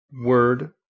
word